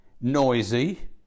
noisy